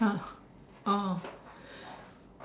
!huh! oh